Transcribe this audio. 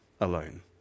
alone